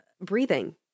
breathing